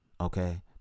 Okay